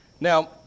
Now